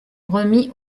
remis